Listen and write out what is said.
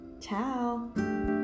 Ciao